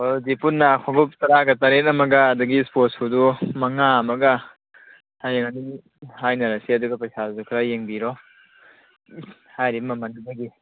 ꯑꯗꯨꯗꯤ ꯄꯨꯟꯅ ꯈꯣꯡꯎꯞ ꯇꯔꯥꯒ ꯇꯔꯦꯠ ꯑꯃꯒ ꯑꯗꯒꯤ ꯏꯁꯄꯣꯔꯠ ꯁꯨꯗꯨ ꯃꯉꯥ ꯑꯃꯒ ꯍꯌꯦꯡ ꯑꯗꯨꯝ ꯍꯥꯏꯅꯔꯁꯤ ꯑꯗꯨꯒ ꯄꯩꯁꯥꯗꯨꯁꯨ ꯈꯔ ꯌꯦꯡꯕꯤꯔꯣ ꯍꯥꯏꯔꯤ ꯃꯃꯟꯗꯨꯗꯒꯤ